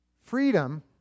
Freedom